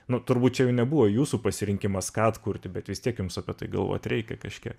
nu turbūt čia jau nebuvo jūsų pasirinkimas ką atkurti bet vis tiek jums apie tai galvot reikia kažkiek